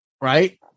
Right